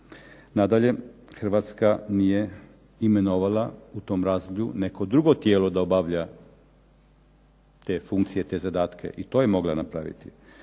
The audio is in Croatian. Nadalje, Hrvatska nije imenovala u tom razdoblju neko drugo tijelo da obavlja te funkcije i te zadatke. I to je mogla napraviti.